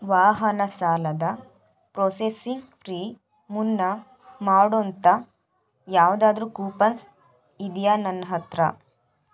ವಾಹನ ಸಾಲದ processing fee ಮನ್ನಾ ಮಾಡೋವಂಥ ಯಾವ್ದಾದ್ರೂ ಕೂಪನ್ಸ್ ಇದೆಯಾ ನನ್ನ ಹತ್ರ